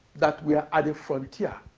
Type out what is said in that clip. that were at the frontier